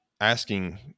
asking